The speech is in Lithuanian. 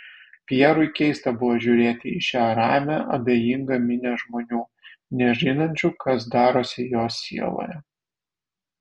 pjerui keista buvo žiūrėti į šią ramią abejingą minią žmonių nežinančių kas darosi jo sieloje